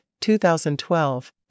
2012